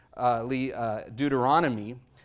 Deuteronomy